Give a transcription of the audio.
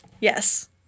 Yes